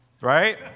Right